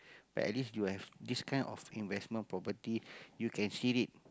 but at least you have this kind of investment property you can see it